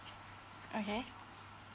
okay